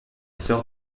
sœur